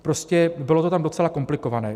Prostě bylo to tam docela komplikované.